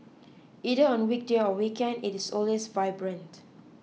either on weekday or weekend it is always vibrant